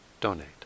donate